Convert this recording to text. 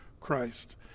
Christ